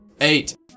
Eight